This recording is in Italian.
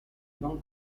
non